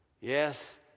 yes